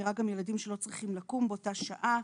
גם ילדים שלא צריכים לקום באותה שעה.